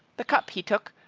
the cup he took,